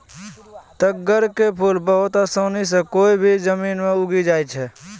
तग्गड़ के फूल बहुत आसानी सॅ कोय भी जमीन मॅ उगी जाय छै